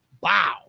wow